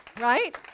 right